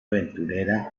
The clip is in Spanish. aventurera